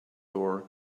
door